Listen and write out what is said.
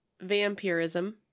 vampirism